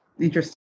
Interesting